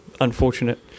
unfortunate